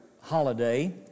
holiday